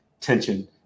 tension